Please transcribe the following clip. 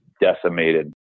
decimated